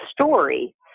story